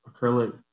acrylic